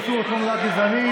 איסור על תעמולה גזענית)?